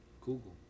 Google